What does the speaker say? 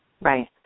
Right